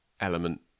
element